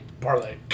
Parlay